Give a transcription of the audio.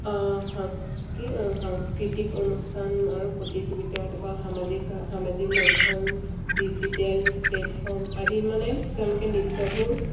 সাংস্কৃতিক অনুষ্ঠান আৰু প্ৰতিযোগিতা তাৰপৰা সামাজিক বা সামাজিক মাধ্যম ডিজিটেল প্লেটফৰ্ম আদিত মানে তেওঁলোকে নৃত্যবোৰ